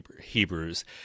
Hebrews